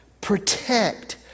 Protect